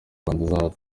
rwanda